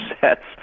sets